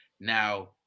Now